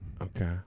Okay